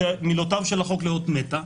את מילותיו של החוק לאות מתה.